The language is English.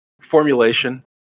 formulation